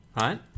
right